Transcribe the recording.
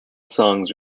songs